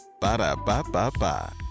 Ba-da-ba-ba-ba